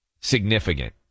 significant